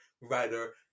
writer